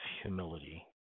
humility